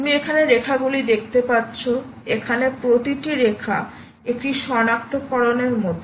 তুমি এখানে রেখা গুলি দেখতে পাচ্ছ এখানে প্রতিটি রেখা একটি সনাক্তকরণের মতো